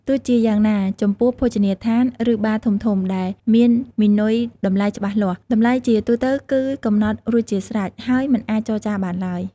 ទោះជាយ៉ាងណា ចំពោះភោជនីយដ្ឋាន ឬបារធំៗ ដែលមានម៉ឺនុយតម្លៃច្បាស់លាស់ តម្លៃជាទូទៅគឺកំណត់រួចជាស្រេច ហើយមិនអាចចរចាបានឡើយ។